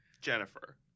Jennifer